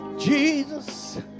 Jesus